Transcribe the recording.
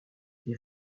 des